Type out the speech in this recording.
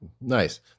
nice